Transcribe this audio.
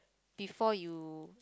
before you